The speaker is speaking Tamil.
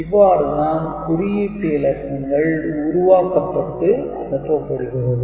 இவ்வாறு தான் குறியீட்டு இலக்கங்கள் உருவாக்கப்பட்டு அனுப்பப்படுகிறது